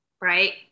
right